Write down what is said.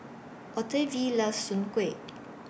Octavie loves Soon Kway